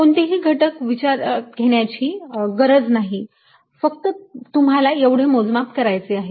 कोणतेही घटक विचारात घेण्याची गरज नाही फक्त तुम्हाला एवढे मोजमाप करायचे आहे